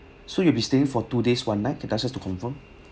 so you'll have to staying for two days one night okay that's just to confirm